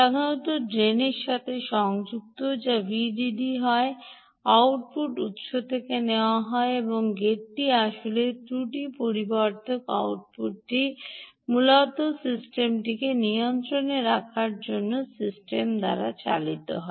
সাধারণত ড্রেনের সাথে সংযুক্ত থাকে যা ভিডিডি হয় আউটপুট উত্স থেকে নেওয়া হয় এবং গেটটি আসলে ত্রুটি পরিবর্ধক আউটপুটটি মূলত সিস্টেমকে নিয়ন্ত্রণে রাখার জন্য এই সিস্টেম দ্বারা চালিত হয়